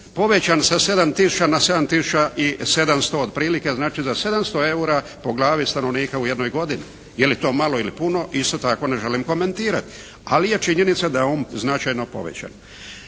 tisuća na 7 tisuća i 700 otprilike, znači za 700 eura po glavi stanovnika u jednoj godini. Je li to malo ili puno, isto tako ne želim komentirati. Ali je činjenica da je on značajno povećan.